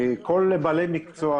כל בעלי המקצוע,